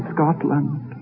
Scotland